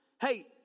Hey